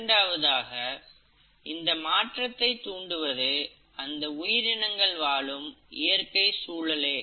இரண்டாவதாக இந்த மாற்றத்தை தூண்டுவது அந்த உயிரினங்கள் வாழும் இயற்கைச் சூழலே